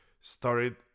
started